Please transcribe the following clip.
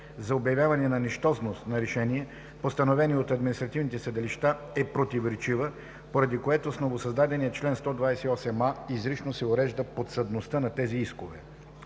за обявяване на нищожност на решения, постановени от административните съдилища, е противоречива, поради което с новосъздадения чл. 128а изрично се урежда подсъдността на тези искове.